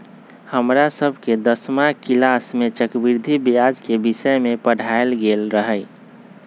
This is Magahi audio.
हमरा सभके दसमा किलास में चक्रवृद्धि ब्याज के विषय में पढ़ायल गेल रहै